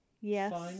Yes